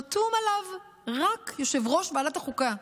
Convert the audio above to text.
חתום עליה רק יושב-ראש ועדת החוקה.